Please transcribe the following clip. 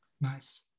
Nice